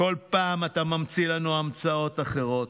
בכל פעם אתה ממציא לנו המצאות אחרות.